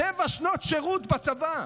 שבע שנות שירות בצבא.